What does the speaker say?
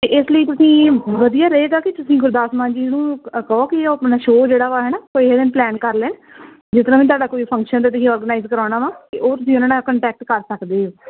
ਅਤੇ ਇਸ ਲਈ ਤੁਸੀਂ ਵਧੀਆ ਰਹੇਗਾ ਕਿ ਤੁਸੀਂ ਗੁਰਦਾਸ ਮਾਨ ਜੀ ਨੂੰ ਅ ਕਹੋ ਕਿ ਉਹ ਆਪਣਾ ਸ਼ੋਅ ਜਿਹੜਾ ਵਾ ਹੈ ਨਾ ਕਿਸੇ ਦਿਨ ਪਲੈਨ ਕਰ ਲੈਣ ਜਿਸ ਤਰ੍ਹਾਂ ਹੁਣ ਤੁਹਾਡਾ ਕੋਈ ਫੰਕਸ਼ਨ 'ਤੇ ਤੁਸੀਂ ਔਰਗਨਾਈਜ਼ ਕਰਾਉਣਾ ਵਾ ਅਤੇ ਉਹ ਤੁਸੀਂ ਉਹਨਾਂ ਨਾਲ ਕੋਂਟੈਕਟ ਕਰ ਸਕਦੇ ਹੋ